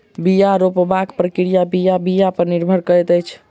बीया रोपबाक प्रक्रिया बीया बीया पर निर्भर करैत अछि